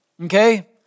Okay